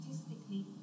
statistically